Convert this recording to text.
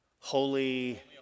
Holy